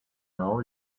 now